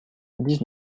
dix